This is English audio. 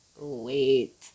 wait